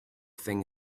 thing